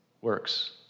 Works